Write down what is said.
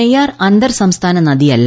നെയ്യാർ അന്തർസംസ്ഥാന നദിയല്ല